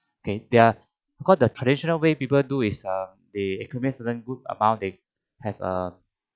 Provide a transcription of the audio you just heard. okay there are of course the traditional way people do is uh they accumulate certain good amount they have a